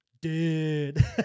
dude